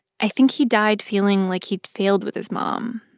i think he died feeling like he'd failed with his mom.